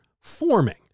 forming